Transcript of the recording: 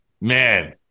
man